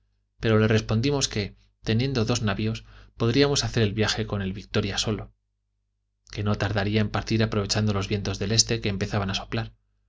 pero le respondimos que teniendo dos navios podríamos hacer el viaje con el victoria solo que no tardaría en partir aprovechando los vientos del este que empezaban a soplar